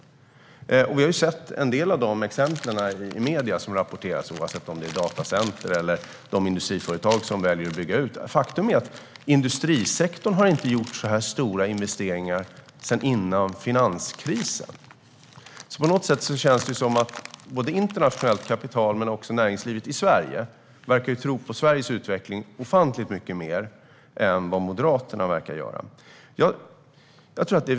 Vi har sett en del exempel på detta i medierna, oavsett om det handlar om datacenter som etableras eller om industriföretag som väljer att bygga ut. Faktum är att industrisektorn inte har gjort så här stora investeringar sedan finanskrisen. Både internationellt kapital och näringslivet i Sverige verkar tro ofantligt mycket mer på Sveriges utveckling än vad Moderaterna gör.